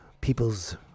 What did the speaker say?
people's